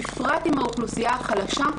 בפרט עם האוכלוסייה החלשה,